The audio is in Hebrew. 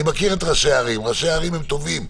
אני מכיר את ראשי הערים, ראשי הערים הם טובים.